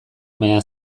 baina